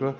г.